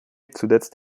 zuletzt